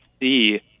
see